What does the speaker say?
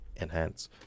enhance